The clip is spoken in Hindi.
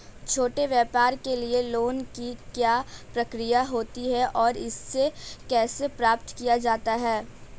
छोटे व्यापार के लिए लोंन की क्या प्रक्रिया होती है और इसे कैसे प्राप्त किया जाता है?